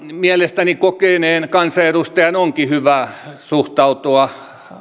mielestäni kokeneen kansanedustajan onkin hyvä suhtautua